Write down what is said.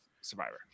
Survivor